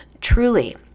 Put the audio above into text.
truly